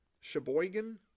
sheboygan